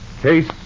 Case